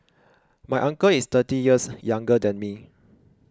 my uncle is thirty years younger than me